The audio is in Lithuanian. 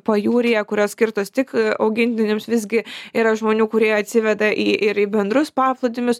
pajūryje kurios skirtos tik augintiniams visgi yra žmonių kurie atsiveda į ir į bendrus paplūdimius